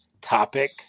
topic